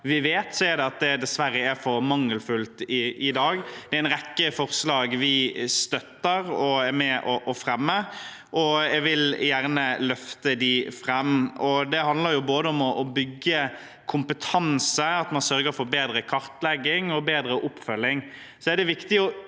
er det at det dessverre er for mangelfullt i dag. Det er en rekke forslag vi støtter og er med på å fremme, og jeg vil gjerne løfte dem fram. De handler både om å bygge kompetanse og om at man sørger for bedre kartlegging og bedre oppfølging.